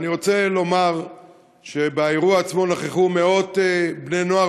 אני רוצה לומר שבאירוע עצמו נכחו מאות בני-נוער,